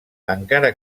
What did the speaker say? encara